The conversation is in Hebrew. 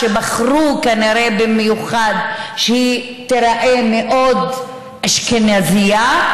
שבחרו כנראה במיוחד שהיא תיראה מאוד אשכנזייה,